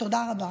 תודה רבה.